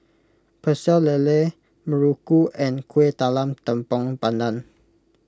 Pecel Lele Muruku and Kuih Talam Tepong Pandan